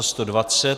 120.